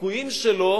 הסיכויים שלו